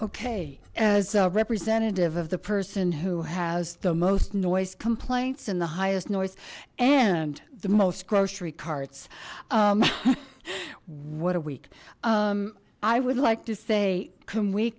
okay as representative of the person who has the most noise complaints and the highest noise and the most grocery carts what a week i would like to say can we